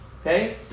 Okay